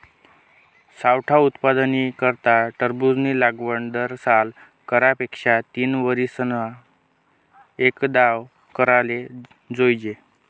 सावठा उत्पादननी करता टरबूजनी लागवड दरसाल करा पेक्षा तीनवरीसमा एकदाव कराले जोइजे